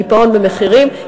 קיפאון במחירים,